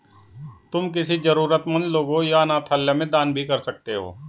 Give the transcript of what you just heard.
तुम किसी जरूरतमन्द लोगों या अनाथालय में दान भी कर सकते हो